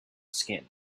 skin